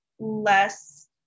less